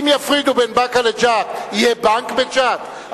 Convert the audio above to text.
אם יפרידו בין באקה לג'ת יהיה בנק בג'ת?